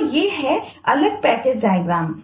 तो ये हैं ये अलग पैकेज डायग्राम